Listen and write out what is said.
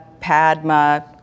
Padma